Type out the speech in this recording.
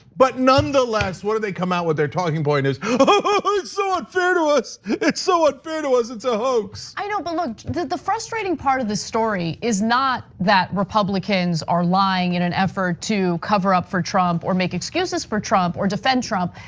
but nonetheless, what did they come out with? they're talking point is, but it's so unfair to us. it's so unfair to us. it's a hoax. you know but like the frustrating part of the story is not that republicans are lying in an effort to cover up for trump or make excuses for trump or defend trump.